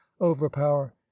overpower